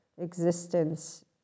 existence